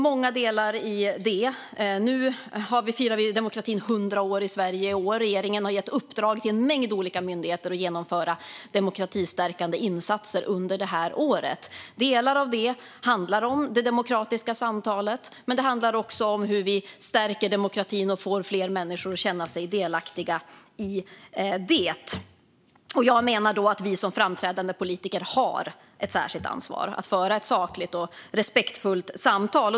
Många delar ingår i detta. I år firar demokratin i Sverige 100 år, och regeringen har gett en mängd olika myndigheter uppdrag att genomföra demokratistärkande insatser under året. Delar av detta handlar om det demokratiska samtalet, men det handlar också om hur vi stärker demokratin och får fler människor att känna sig delaktiga i detta. Jag menar att vi som framträdande politiker har ett särskilt ansvar att föra ett sakligt och respektfullt samtal.